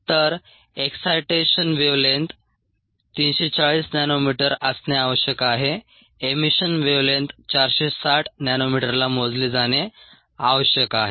तर excitation wavelength 340 nanometre असणे आवश्यक आहे एमीशन वेव्हलेंग्थ 460 नॅनोमीटरला मोजली जाणे आवश्यक आहे